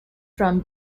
from